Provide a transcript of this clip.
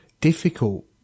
difficult